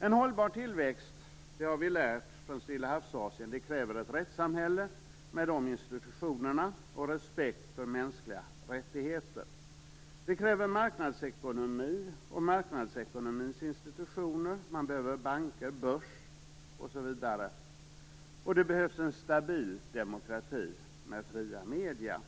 En hållbar tillväxt - det har vi lärt från Stillahavsasien - kräver ett rättssamhälle med institutioner och respekt för mänskliga rättigheter. Det kräver en marknadsekonomi och dess institutioner - man behöver banker, börs, osv. - och det krävs en stabil demokrati med fria medier.